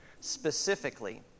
specifically